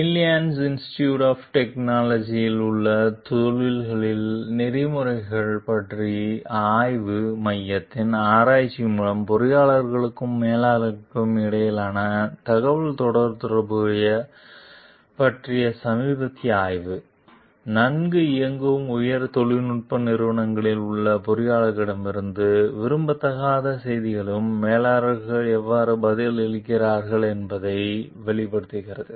Illinois institute of டெக்னாலஜியில் உள்ள தொழில்களில் நெறிமுறைகள் பற்றிய ஆய்வு மையத்தின் ஆராய்ச்சி மூலம் பொறியியலாளர்களுக்கும் மேலாளர்களுக்கும் இடையிலான தகவல்தொடர்புகளைப் பற்றிய சமீபத்திய ஆய்வு நன்கு இயங்கும் உயர் தொழில்நுட்ப நிறுவனங்களில் உள்ள பொறியாளர்களிடமிருந்து விரும்பத்தகாத செய்திகளுக்கு மேலாளர்கள் எவ்வாறு பதிலளிக்கிறார்கள் என்பதை வெளிப்படுத்துகிறது